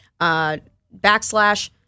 backslash